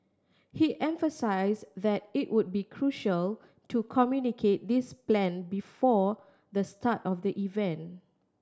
he emphasise that it would be crucial to communicate this plan before the start of the event